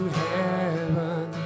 heaven